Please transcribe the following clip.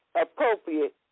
appropriate